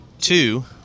Two